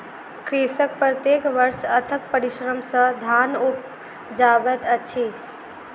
कृषक प्रत्येक वर्ष अथक परिश्रम सॅ धान उपजाबैत अछि